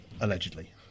allegedly